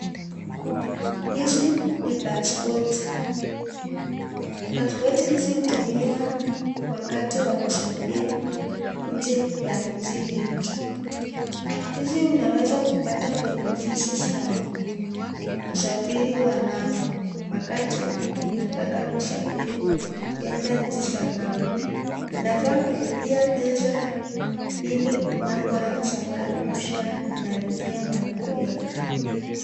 Hizi ni pasipoti. Pasipoti hizi hutumiwa wakati wa kusafiri nje ya nchi yetu. Hizi unaweza kupata kwenye ofisi za usafiri wa ng'ambo wakati unataka kusafiri kuenda nchi za ng'ambo. Unafaa kulipia pesa, ili unapoanzia safari ushamalizia malipo yako.